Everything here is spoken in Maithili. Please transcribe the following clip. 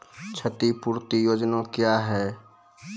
क्षतिपूरती योजना क्या हैं?